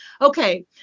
okay